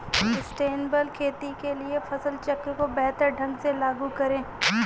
sustainable खेती के लिए फसल चक्र को बेहतर ढंग से लागू करें